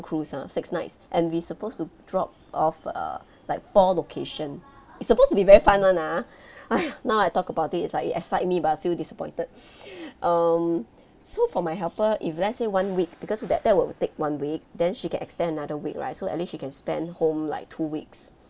cruise ah six nights and we supposed to drop off uh like four location it's supposed to be very fun [one] ah !aiya! now I talk about it's like it excite me but I feel disappointed um so for my helper if let's say one week because with that that will take one week then she can extend another week right so at least she can spend home like two weeks